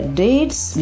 dates